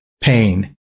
pain